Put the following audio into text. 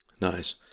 Nice